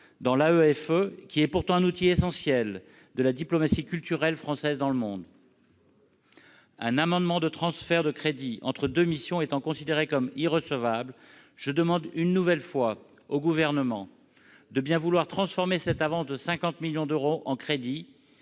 dans l'AEFE, un outil pourtant essentiel de la diplomatie culturelle française dans le monde. Un amendement de transfert de crédits entre deux missions étant considéré comme irrecevable, je demande une nouvelle fois au Gouvernement de bien vouloir transformer cette avance de 50 millions d'euros en crédits,